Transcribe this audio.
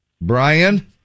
Brian